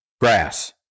grass